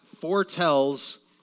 foretells